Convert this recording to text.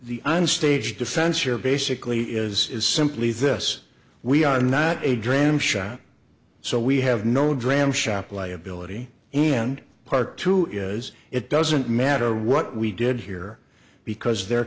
the on stage defense are basically is is simply this we are not a dram shop so we have no dram shop liability and part two is it doesn't matter what we did here because there